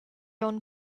onn